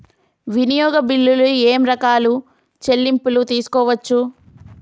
వినియోగ బిల్లులు ఏమేం రకాల చెల్లింపులు తీసుకోవచ్చు?